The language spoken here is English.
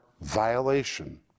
violation